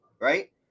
Right